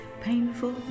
painful